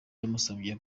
yamusabye